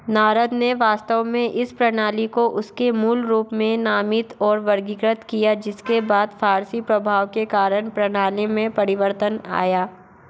नारद ने वास्तव में इस प्रणाली को उसके मूल रूप में नामित और वर्गीकृत किया जिसके बाद फारसी प्रभाव के कारण प्रणाली में परिवर्तन आया